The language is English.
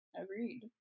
Agreed